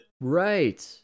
right